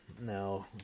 no